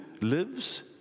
lives